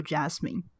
Jasmine